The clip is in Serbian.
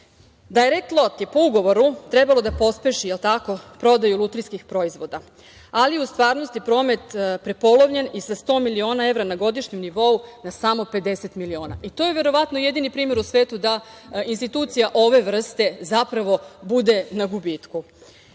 Lot“ je po ugovoru trebalo da pospeši prodaju lutrijskih proizvoda, ali u stvarnosti promet je prepolovljen i sa 100 miliona evra na godišnjem nivou na samo 50 miliona. To je verovatno jedini primer u svetu da institucija ove vrste bude na gubitku.